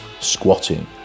squatting